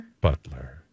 butler